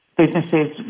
Businesses